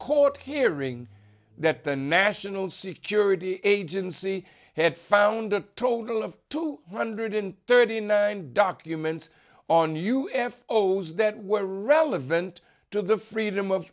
court hearing that the national security agency had found a total of two hundred thirty nine documents on you if o's that were relevant to the freedom of